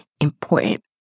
important